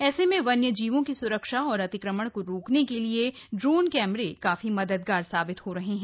ऐसे में वन्य जीवों की स्रक्षा और अतिक्रमण को रोकने के लिए ड्रोन कैमरे काफी मददगार साबित हो रहे हैं